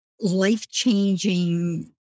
life-changing